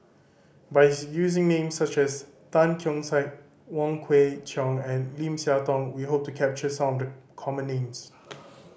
by using names such as Tan Keong Saik Wong Kwei Cheong and Lim Siah Tong we hope to capture some of the common names